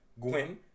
Gwen